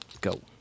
Go